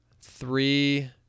Three